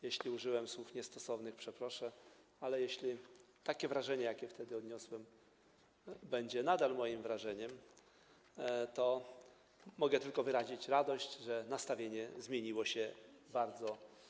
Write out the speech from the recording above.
Jeśli użyłem niestosownych słów, to przeproszę, ale jeśli takie wrażenie, jakie wtedy odniosłem, będzie nadal moim wrażeniem, to mogę tylko wyrazić radość, że nastawienie zmieniło się bardzo.